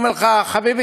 אומרים לך: חביבי,